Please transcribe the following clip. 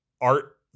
art